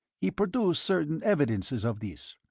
he produced certain evidences of this.